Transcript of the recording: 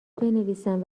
بنویسم